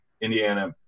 Indiana